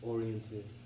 Oriented